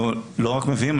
אנחנו לא רק מביאים,